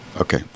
okay